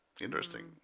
Interesting